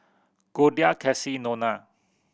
Goldia Kassie Nona